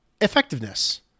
effectiveness